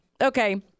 okay